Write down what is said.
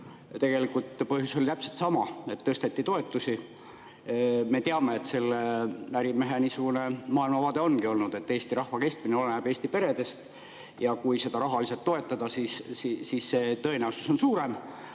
Tegelikult põhjus oli täpselt sama, et tõsteti toetusi. Me teame, et selle ärimehe maailmavaade ongi olnud, et Eesti rahva kestmine oleneb Eesti peredest ja kui seda rahaliselt toetada, siis see tõenäosus on suurem.